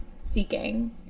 seeking